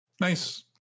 Nice